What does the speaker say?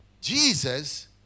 Jesus